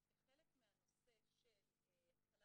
וכחלק מהנושא של הכלה